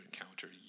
encounter